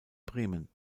bremen